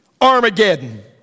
Armageddon